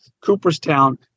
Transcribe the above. Cooperstown